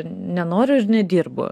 nenoriu ir nedirbu